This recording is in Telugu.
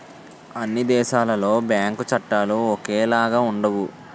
అన్ని దేశాలలో బ్యాంకు చట్టాలు ఒకేలాగా ఉండవు